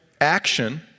action